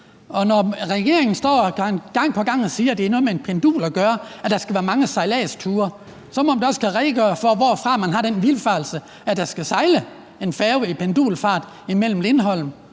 Når regeringen står gang på gang og siger, at det har noget med et pendul at gøre, i forhold til at der skal være mange sejladsture, så må man da også kunne redegøre for, hvorfra man har den vildfarelse, at der skal sejle en færge i pendulfart imellem Lindholm